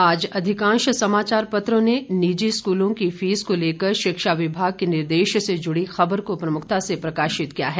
आज अधिकांश समाचार पत्रों ने निजी स्कूलों की फीस को लेकर शिक्षा विभाग के निर्देश से जुड़ी खबर को प्रमुखता से प्रकाशित किया है